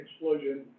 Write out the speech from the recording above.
explosion